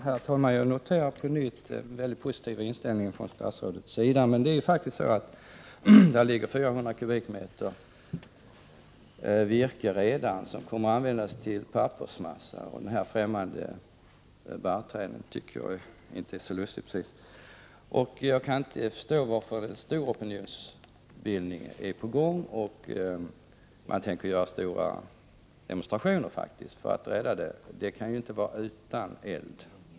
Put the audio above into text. Herr talman! Jag noterar på nytt den positiva inställningen från statsrådets sida. Där finns redan 400 m? virke som kommer att användas till pappersmassa. Utvecklingen i fråga om de främmande barrträden tycker jag inte är precis så lustig. Jag kan inte förstå varför en stor opionsbildning är på gång. Man tänker faktiskt genomföra stora demonstrationer för att rädda området.